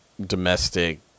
domestic